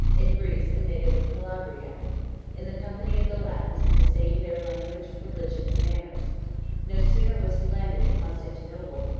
in greece a native of calabria in the company of the latins he disdained their language, religion, and manners no sooner was he landed at constantinople,